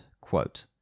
quote